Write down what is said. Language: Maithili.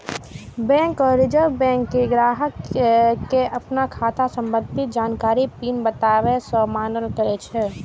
बैंक आ रिजर्व बैंक तें ग्राहक कें अपन खाता संबंधी जानकारी, पिन बताबै सं मना करै छै